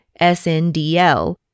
SNDL